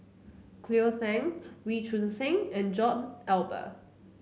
Cleo Thang Wee Choon Seng and John Eber